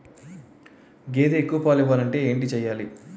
గేదె ఎక్కువ పాలు ఇవ్వాలంటే ఏంటి చెయాలి?